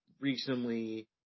recently